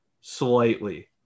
slightly